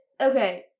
Okay